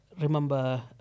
remember